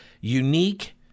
unique